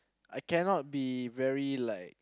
I cannot be very like